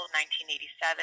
1987